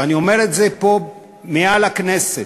ואני אומר את זה פה מעל במת הכנסת,